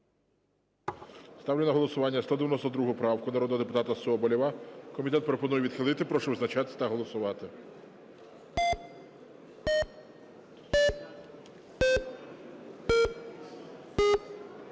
Ставлю на голосування 192 правку народного депутата Соболєва. Комітет пропонує відхилити. Прошу визначатись та голосувати.